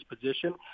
position